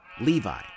Levi